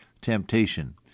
temptation